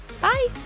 Bye